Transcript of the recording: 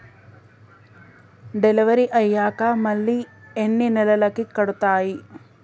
Delivery అయ్యాక మళ్ళీ ఎన్ని నెలలకి కడుతాయి?